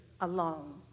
alone